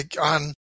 on